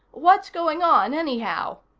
what's going on anyhow?